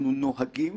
אנחנו נוהגים